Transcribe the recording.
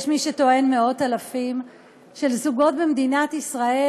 יש מי שטוען מאות אלפים של זוגות במדינת ישראל,